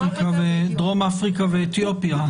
דרום אפריקה ואתיופיה.